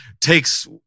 takes